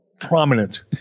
prominent